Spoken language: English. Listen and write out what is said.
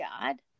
God